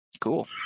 Cool